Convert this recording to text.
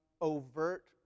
overt